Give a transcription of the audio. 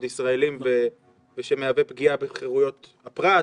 ישראלים ושמהווה פגיעה בחירויות הפרט.